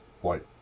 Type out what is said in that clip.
White